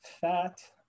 fat